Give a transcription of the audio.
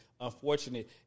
unfortunate